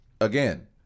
again